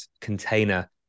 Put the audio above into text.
container